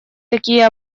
такие